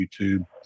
YouTube